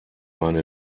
meine